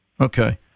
Okay